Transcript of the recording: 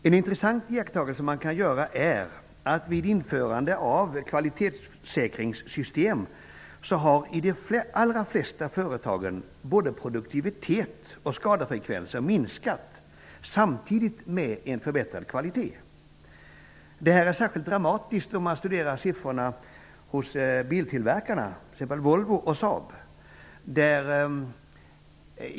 En intressant iakttagelse man kan göra är att vid införande av kvalitetssäkringssystem har, i de allra flesta företag, både produktivitet och skadefrekvenser minskat samtidigt som kvaliteten förbättrats. Detta framgår särskilt dramtiskt om man studerar siffrorna hos biltillverkarna, t.ex. Volvo och Saab.